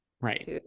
Right